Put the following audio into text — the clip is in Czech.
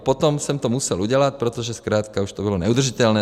A potom jsem to musel udělat, protože zkrátka už to bylo neudržitelné.